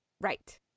Right